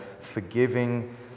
forgiving